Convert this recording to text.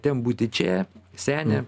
ten būti čia seni